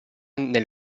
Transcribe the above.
nel